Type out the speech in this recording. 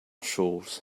chores